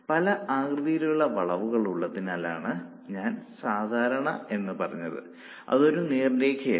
പല ആകൃതിയിലുള്ള വളവുകൾ ഉള്ളതിനാലാണ് ഞാൻ സാധാരണ എന്ന് പറഞ്ഞത് അതൊരു നേർരേഖ അല്ല